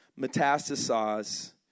metastasize